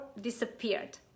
disappeared